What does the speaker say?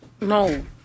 No